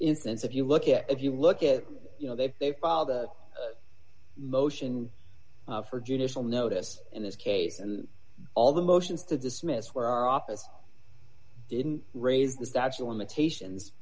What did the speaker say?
instance if you look at if you look at you know they've filed a motion for judicial notice in this case and all the motions to dismiss where our office didn't raise the statue of limitations